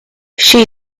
she